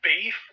beef